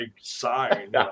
sign